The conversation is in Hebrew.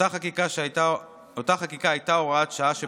אותה חקיקה הייתה הוראת שעה שפקעה,